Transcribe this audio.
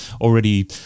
already